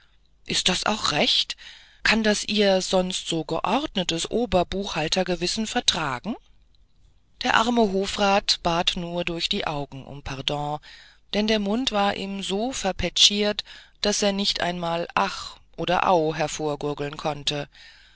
ist das auch recht kann das ihr sonst so geordnetes oberbuchhaltergewissen vertragen der arme hofrat bat nur durch die augen um pardon denn der mund war ihm so verpetschiert daß er nicht einmal ein ach oder au hervorgurgeln konnte